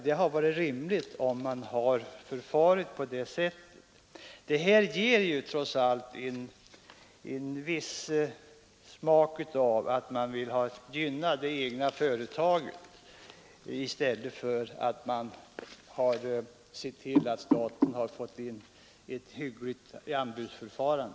Det här förfaringssättet ger trots allt en smak av att man mera såg till att gynna det egna företaget än att det blev ett hyggligt anbudsförfarande.